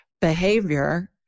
behavior